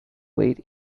late